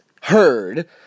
heard